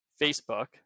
Facebook